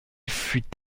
fut